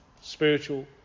spiritual